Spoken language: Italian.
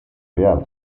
real